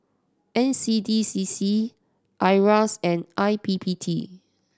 N C D C C IRAS and I P P T